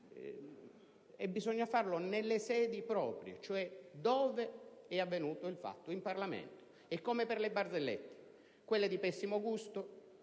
E bisogna farlo nelle sedi proprie, cioè dove è avvenuto il fatto: in Parlamento. È come per le barzellette: quelle di pessimo gusto